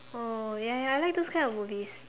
oh ya ya I like those kind of movies